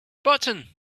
button